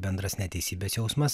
bendras neteisybės jausmas